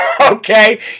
okay